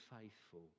faithful